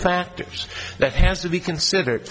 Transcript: factors that has to be considered